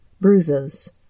bruises